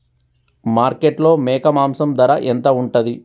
మార్కెట్లో మేక మాంసం ధర ఎంత ఉంటది?